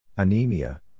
Anemia